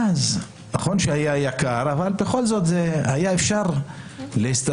ונכון שהיה יקר אבל בכל זאת אפשר היה להסתדר.